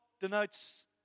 denotes